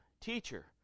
Teacher